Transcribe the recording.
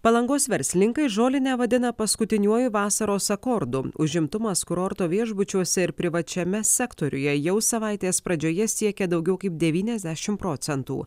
palangos verslininkai žolinę vadina paskutiniuoju vasaros akordu užimtumas kurorto viešbučiuose ir privačiame sektoriuje jau savaitės pradžioje siekė daugiau kaip devyniasdešim procentų